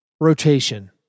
rotation